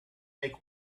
make